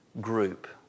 group